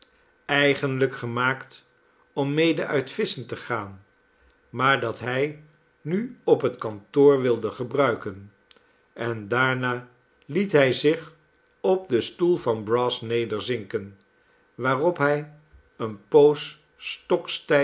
eigenlijk gemaakt om mede uit visschen te gaan maar dat hij nu op het kantoor wilde gebruiken en daarna liet hij zich op den stoel van brass nederzinken waarop hij eene poos